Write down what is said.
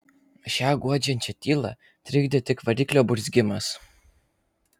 šią guodžiančią tylą trikdė tik variklio burzgimas